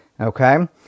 Okay